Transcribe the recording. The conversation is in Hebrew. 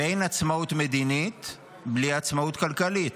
ואין עצמאות מדינית בלי עצמאות כלכלית.